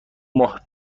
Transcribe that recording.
ماه